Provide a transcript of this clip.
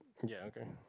ya okay